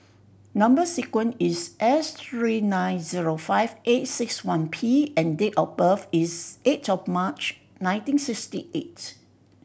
number sequence is S three nine zero five eight six one P and date of birth is eight of March nineteen sixty eight